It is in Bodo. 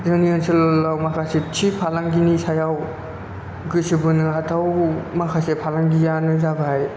जोंनि ओनसोलाव माखासे थि फालांगिनि सायाव गोसो बोनो हाथाव माखासे फालांगियानो जाबाय